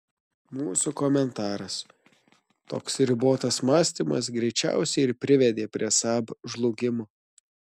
mūsų komentaras toks ribotas mąstymas greičiausiai ir privedė prie saab žlugimo